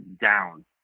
down